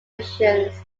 musicians